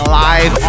live